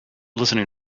listening